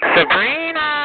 Sabrina